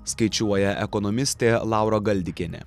skaičiuoja ekonomistė laura galdikienė